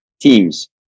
teams